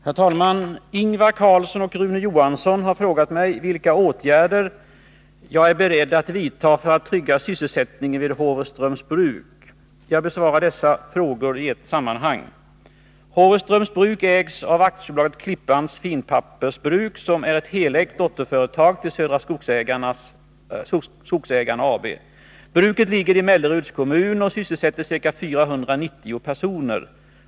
Herr talman! Ingvar Karlsson i Bengtsfors och Rune Johansson har frågat mig vilka åtgärder jag är beredd att vidta för att trygga sysselsättningen vid Håvreströms Bruk. Jag besvarar frågorna i ett sammanhang. Håvreströms Bruk ägs av AB Klippans Finpappersbruk, som är ett helägt dotterbolag till Södra Skogsägarna AB. Bruket ligger i Melleruds kommun och sysselsätter ca 490 personer.